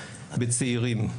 בצעירים.